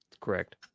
correct